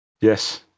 yes